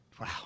Wow